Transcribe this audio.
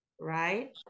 right